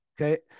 okay